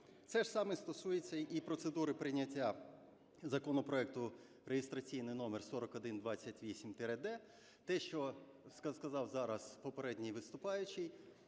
Це ж саме стосується і процедури прийняття законопроекту реєстраційний номер 4128-д, те, що сказав зараз попередній виступаючий,